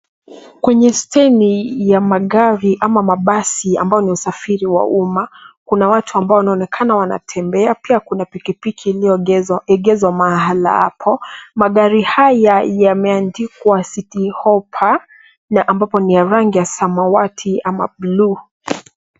Kwenye steji ya magari ama basi ambayo ni usafiri wa umma , kuna watu ambao wanaonekana wanatembea. Kuna piki piki iliyoegezwa mahala hapo. Magari haya yameandikwa City Hopper na ambapo ni ya rangi ya samawati ama bluu.